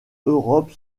europe